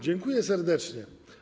Dziękuję serdecznie.